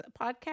podcast